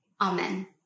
Amen